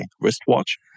wristwatch